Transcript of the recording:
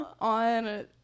on